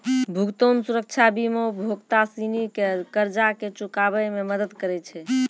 भुगतान सुरक्षा बीमा उपभोक्ता सिनी के कर्जा के चुकाबै मे मदद करै छै